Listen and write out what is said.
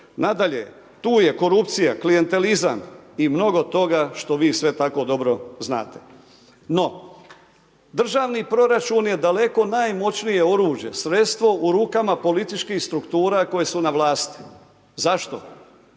Nadalje, tu je korupcija, klijentelizam i mnogo toga što vi sve tako dobro znate. No, državni proračun je daleko najmoćnije oružje, sredstvo u rukama političkih struktura koje su na vlasti. Zašto?